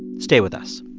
stay with us